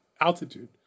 altitude